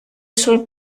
sont